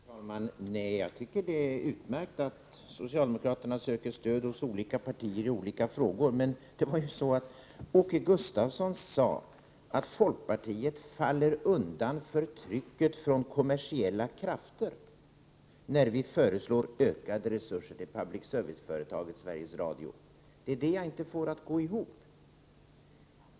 Herr talman! Nej, jag tycker att det är utmärkt att socialdemokraterna söker stöd hos olika partier i olika frågor. Men Åke Gustavsson sade att folkpartiet faller undan för trycket från kommersiella krafter när vi föreslår ökade resurser för public service-företaget Sveriges Radio. Det är detta som jag inte får att gå ihop.